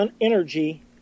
energy